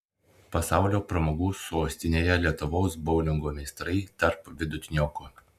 pasaulio pramogų sostinėje lietuvos boulingo meistrai tarp vidutiniokų